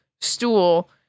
stool